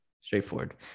straightforward